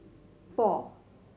four